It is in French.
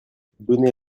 donnez